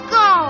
go